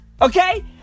Okay